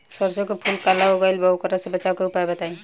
सरसों के फूल काला हो गएल बा वोकरा से बचाव के उपाय बताई?